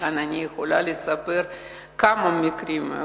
כאן אני יכולה לספר על כמה מקרים,